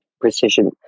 precision